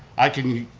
i can,